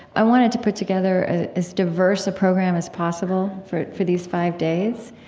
i wanted to put together ah as diverse a program as possible for for these five days.